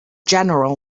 general